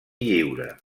lliure